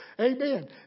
Amen